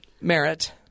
Merit